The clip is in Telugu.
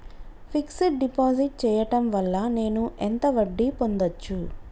ఫిక్స్ డ్ డిపాజిట్ చేయటం వల్ల నేను ఎంత వడ్డీ పొందచ్చు?